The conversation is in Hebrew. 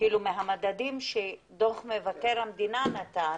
מהמדדים שדוח מבקר המדינה נתן,